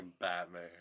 Batman